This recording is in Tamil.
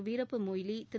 வீரப்ப மொய்லி திரு